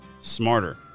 smarter